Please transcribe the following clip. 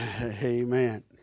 amen